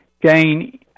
gain